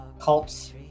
cults